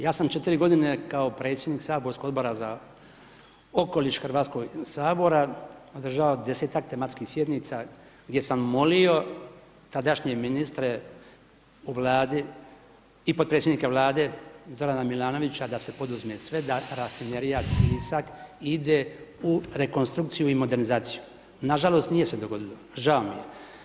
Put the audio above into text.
Ja sam 4 godine kao predsjednik saborskog Odbora za okoliš Hrvatskog sabora održao 10-tak tematskih sjednica gdje sam molio tadašnje ministre u vladi i podpredsjednika vlada Zorana Milanovića da se poduzme sve da rafinerija Sisak ide u rekonstrukciju i modernizaciju, nažalost nije se dogodilo, žao mi je.